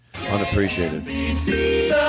unappreciated